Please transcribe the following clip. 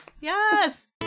Yes